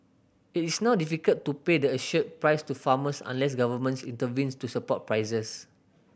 it is not difficult to pay the assured price to farmers unless governments intervenes to support prices